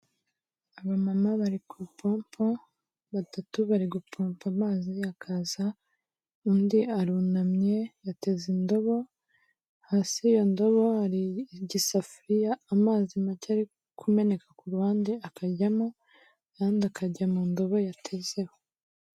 Abamama bari ku ipompo, batatu bari gupfubya amazi akaza undi arunamye yateze indobo, hasi y'iyo ndobo hari igisafuriya amazi make ari kumeneka kuruhande akajyamo kandi akajya mu ndobo yatezeho.